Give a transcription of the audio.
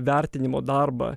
vertinimo darbą